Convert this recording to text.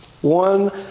One